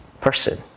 person